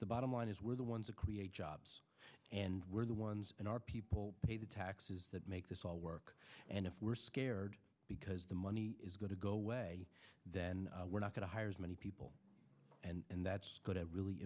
the bottom line is we're the ones that create jobs and we're the ones in our people pay the taxes that make this all work and if we're scared because the money is going to go away then we're not going to hire as many people and that's good it really